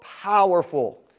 powerful